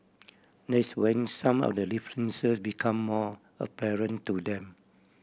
that's when some of the differences become more apparent to them